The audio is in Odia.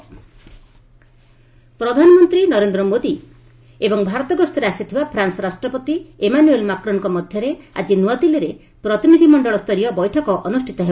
ପ୍ରେଞ୍ଚ୍ ପ୍ରେସିଡେଣ୍ଟ୍ ଭିଜିଟ୍ ପ୍ରଧାନମନ୍ତ୍ରୀ ରେନ୍ଦ୍ର ମୋଦି ଏବଂ ଭାରତ ଗସ୍ତରେ ଆସିଥିବା ଫ୍ରାନ୍ସ ରାଷ୍ଟ୍ରପତି ଏମାନୁଏଲ୍ ମାକ୍ରନ୍ଙ୍କ ମଧ୍ୟରେ ଆଜି ନୂଆଦିଲ୍ଲୀରେ ପ୍ରତିନିଧି ମଣ୍ଡଳ ସ୍ତରୀୟ ବୈଠକ ଅନୁଷ୍ଠିତ ହେବ